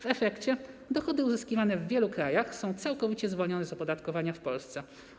W efekcie dochody uzyskiwane w wielu krajach są całkowicie zwolnione z opodatkowania w Polsce.